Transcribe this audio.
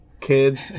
kid